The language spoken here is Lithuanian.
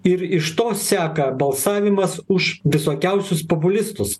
ir iš to seka balsavimas už visokiausius populistus